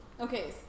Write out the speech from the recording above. Okay